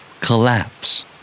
Collapse